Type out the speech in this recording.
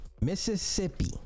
Mississippi